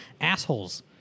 assholes